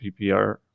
PPR